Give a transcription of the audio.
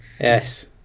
Yes